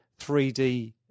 3D